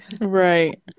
right